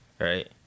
right